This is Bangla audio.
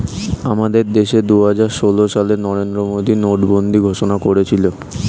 আমাদের দেশে দুহাজার ষোল সালে নরেন্দ্র মোদী নোটবন্দি ঘোষণা করেছিল